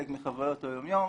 חלק מחוויות היום-יום.